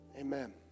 Amen